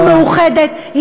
לא מאוחדת,